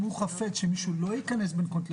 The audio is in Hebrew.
אם הוא חפץ בכך שמישהו לא ייכנס בין כותלי